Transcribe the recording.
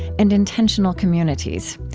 and intentional communities.